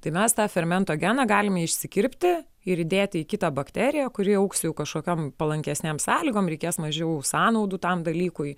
tai mes tą fermento geną galime išsikirpti ir įdėti į kitą bakteriją kuri augs jau kažkokiom palankesnėm sąlygom reikės mažiau sąnaudų tam dalykui